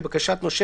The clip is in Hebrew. לבקשת נושה,